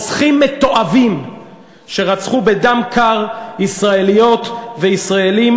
רוצחים מתועבים שרצחו בדם קר ישראליות וישראלים,